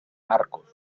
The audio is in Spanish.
marcos